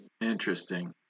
Interesting